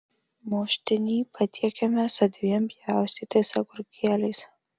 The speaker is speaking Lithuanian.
muštinį patiekiame su dviem pjaustytais agurkėliais